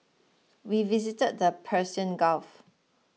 we visited the Persian Gulf